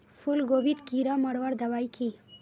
फूलगोभीत कीड़ा मारवार दबाई की?